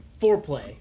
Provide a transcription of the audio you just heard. foreplay